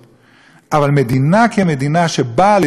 אבל מדינה כמדינה, שבאה לדרוש מן העולם